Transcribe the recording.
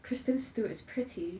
kristen stewart is pretty